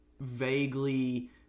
vaguely